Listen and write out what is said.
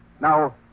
Now